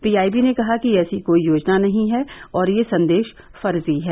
PIB ने कहा कि ऐसी कोई योजना नहीं है और यह संदेश फर्जी है